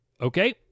Okay